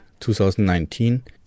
2019